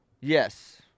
Yes